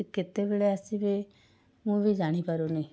କେତେବେଳେ ଆସିବେ ମୁଁ ବି ଜାଣିପାରୁନି